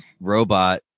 robot